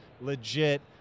legit